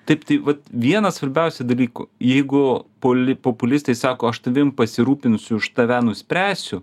taip tai vienas svarbiausių dalykų jeigu poli populistai sako aš tavim pasirūpinsiu už tave nuspręsiu